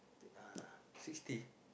sixty